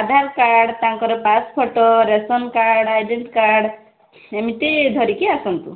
ଆଧାରକାର୍ଡ଼ ତାଙ୍କର pass photo ration card identity card ସେମିତି ଧରିକି ଆସନ୍ତୁ